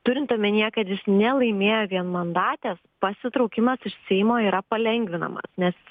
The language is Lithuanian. turint omenyje kad jis nelaimėjo vienmandatės pasitraukimas iš seimo yra palengvinamas nes